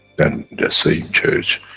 then the same church,